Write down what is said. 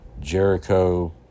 Jericho